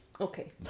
Okay